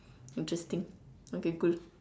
interesting okay cool